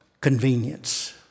convenience